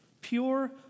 Pure